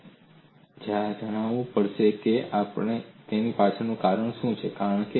તમારે જાણવું પડશે તેની પાછળનું કારણ શું છે